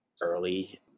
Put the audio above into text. early